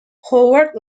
howard